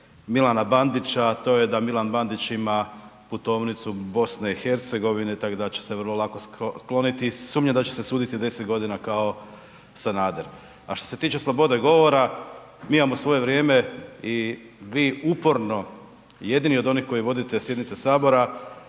Milana Bandića to je da Milan Bandić ima putovnicu BiH-a tako da će se vrlo lako skloniti, sumnjam da će se suditi 10 g. kao Sanader. A što se tiče slobode govora, mi imamo svoje vrijeme i vi uporno jedini od onih koji vodite sjednice sabora